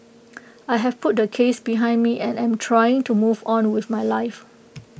I have put the case behind me and am trying to move on with my life